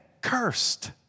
cursed